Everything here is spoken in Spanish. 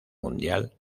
mundial